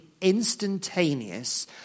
instantaneous